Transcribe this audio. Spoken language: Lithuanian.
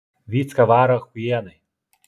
vycka varo achujienai